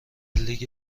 لیگ